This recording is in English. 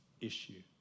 issue